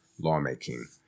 lawmaking